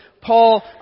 Paul